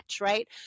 right